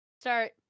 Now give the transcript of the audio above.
start